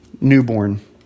Newborn